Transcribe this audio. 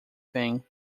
thing